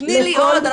תני לי עוד.